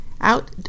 out